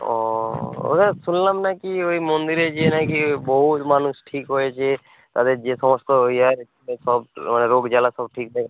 ও ওখানে শুনলাম না কি ওই মন্দিরে গিয়ে না কি বহু মানুষ ঠিক হয়েছে তাদের যে সমস্ত ইয়া আর ছিলো সব রোগ জ্বালা সব ঠিক হয়েছে